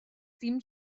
dim